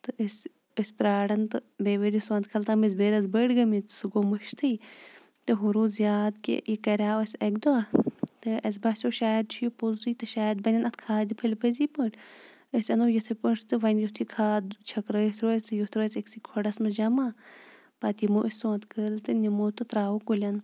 تہٕ أسۍ ٲسۍ پیٛاران تہٕ بیٚیہِ ؤرۍ سونٛتہٕ کالہِ تام ٲسۍ بیٚیہِ رَژھ بٔڑۍ گٔمٕتۍ سُہ گوٚو مٔشتٕے تہٕ ہُہ روٗز یاد کہِ یہِ کَریو اَسہِ اَکہِ دۄہ تہٕ اَسہِ باسیو شاید چھِ یہِ پوٚزُے تہٕ شاید بَنَن اَتھ کھادِ پھٔلۍ پٔزی پٲٹھۍ أسۍ اَنو یِتھَے پٲٹھۍ تہٕ وۄنۍ یُتھ یہِ کھاد چھٔکرٲیِتھ روزِ تہٕ یُتھ روزِ أکۍسٕے کھۄڑَس منٛز جمع پَتہٕ یِمو أسۍ سونٛتہٕ کٲلۍ تہٕ نِمو تہٕ ترٛاوو کُلٮ۪ن